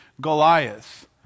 Goliath